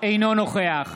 בעד